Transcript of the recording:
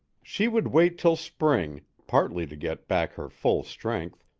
she would wait till spring, partly to get back her full strength,